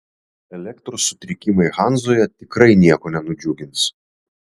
elektros sutrikimai hanzoje tikrai nieko nenudžiugins